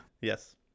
Yes